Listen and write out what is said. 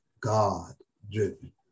God-driven